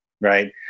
right